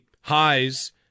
highs